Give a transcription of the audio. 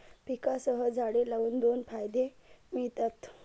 पिकांसह झाडे लावून दोन फायदे मिळतात